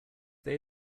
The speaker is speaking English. they